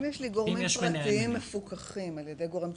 אם יש לי גורמים פרטיים מפוקחים על ידי גורם ציבורי,